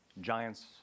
giants